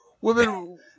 women